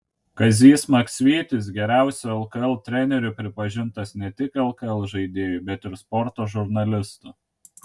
kazys maksvytis geriausiu lkl treneriu pripažintas ne tik lkl žaidėjų bet ir sporto žurnalistų